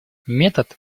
метод